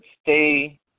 stay